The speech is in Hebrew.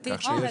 אני גם רוצה